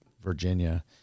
Virginia